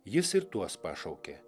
jis ir tuos pašaukė